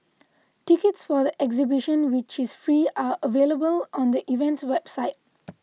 tickets for the exhibition which is free are available on the event's website